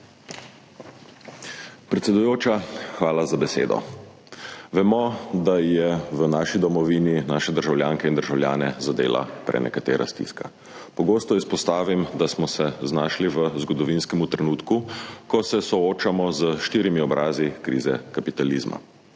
Predsedujoča, hvala za besedo. Vemo, da je v naši domovini naše državljanke in državljane zadela prenekatera stiska. Pogosto izpostavim, da smo se znašli v zgodovinskem trenutku, ko se soočamo s štirimi obrazi krize kapitalizma.